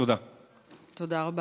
תודה רבה.